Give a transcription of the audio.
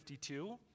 52